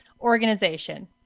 organization